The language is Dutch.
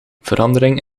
verandering